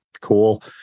Cool